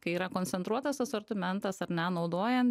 kai yra koncentruotas asortimentas ar ne naudojant